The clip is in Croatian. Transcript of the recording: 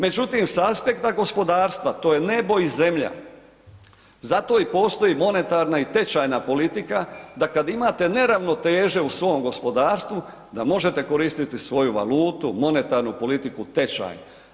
Međutim sa aspekta gospodarstva, to je nebo i zemlja, zato i postoji monetarna i tečajna politika da kad imate neravnoteže u svom gospodarstvu, da možete koristiti svoju valutu, monetarnu politiku, tečaj.